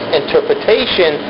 interpretation